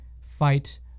fight